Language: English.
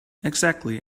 exactly